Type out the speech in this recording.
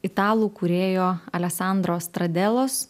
italų kūrėjo aleksandro stradelos